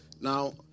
Now